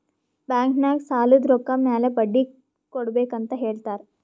bank ನಾಗ್ ಸಾಲದ್ ರೊಕ್ಕ ಮ್ಯಾಲ ಬಡ್ಡಿ ಕೊಡ್ಬೇಕ್ ಅಂತ್ ಹೇಳ್ತಾರ್